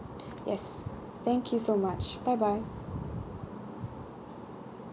yes thank you so much bye bye